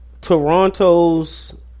Toronto's –